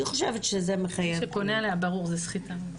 מי שפונה אליה ברור, זה סחיטה.